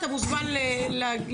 אתה מוזמן להישאר.